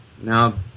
now